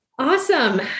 Awesome